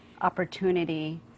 opportunity